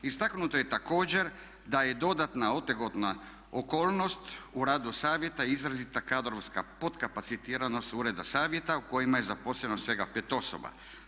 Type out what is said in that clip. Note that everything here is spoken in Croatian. Istaknuto je također da je dodatna otegotna okolnost u radu Savjeta izrazita kadrovska podkapacitiranost ureda Savjeta u kojima je zaposleno svega 5 osoba.